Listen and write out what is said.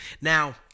Now